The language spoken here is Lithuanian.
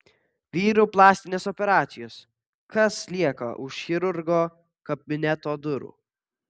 vyrų plastinės operacijos kas lieka už chirurgo kabineto durų